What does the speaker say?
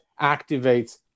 activates